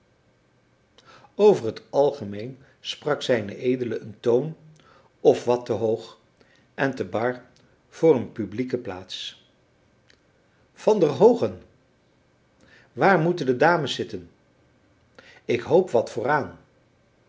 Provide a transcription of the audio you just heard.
over t algemeen sprak zed een toon of wat te hoog en te bar voor een publieke plaats van der hoogen waar moeten de dames zitten ik hoop wat vooraan